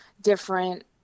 different